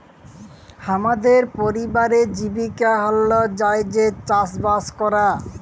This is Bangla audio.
হামদের পরিবারের জীবিকা হল্য যাঁইয়ে চাসবাস করা